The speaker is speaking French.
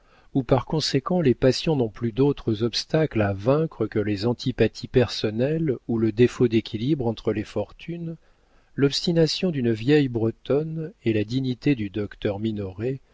où par conséquent les passions n'ont plus d'autres obstacles à vaincre que les antipathies personnelles ou le défaut d'équilibre entre les fortunes l'obstination d'une vieille bretonne et la dignité du docteur